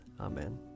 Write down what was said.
Amen